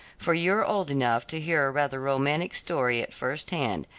for you are old enough to hear a rather romantic story at first hand,